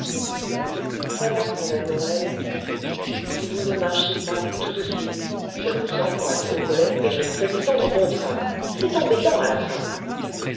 puis s'avançant vers morel si vous ne marchez pas tout de suite je vous empoigne au collet et je vous fais descendre bon train c'est embêtant à la fin